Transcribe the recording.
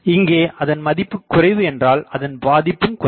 இங்கே அதன் மதிப்புக் குறைவு என்றால் அதன் பாதிப்பும் குறைவு